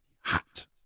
Hot